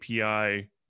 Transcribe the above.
API